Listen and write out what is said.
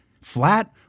flat